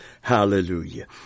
Hallelujah